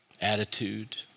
attitude